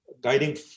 guiding